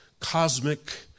cosmic